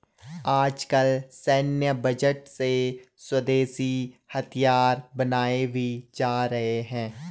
आजकल सैन्य बजट से स्वदेशी हथियार बनाये भी जा रहे हैं